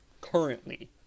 currently